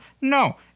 No